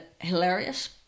hilarious